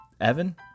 Evan